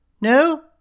No